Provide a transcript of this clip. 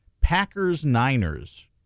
Packers-Niners